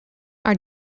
are